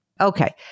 Okay